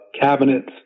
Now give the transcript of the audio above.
cabinets